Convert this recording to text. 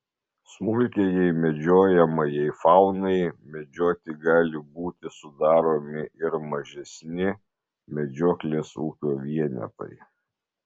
smulkiajai medžiojamajai faunai medžioti gali būti sudaromi ir mažesni medžioklės ūkio vienetai